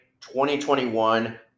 2021